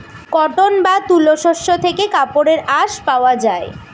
cotton বা তুলো শস্য থেকে কাপড়ের আঁশ পাওয়া যায়